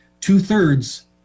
two-thirds